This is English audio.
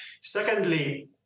secondly